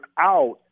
out